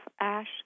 ash